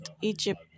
Egypt